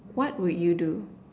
what would you do